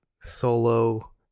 solo